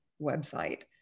website